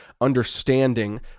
understanding